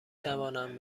توانند